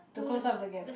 to close up the gap ah